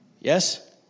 Yes